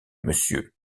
monsieur